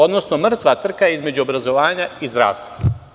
Odnosno, mrtva trka je između obrazovanja i zdravstva.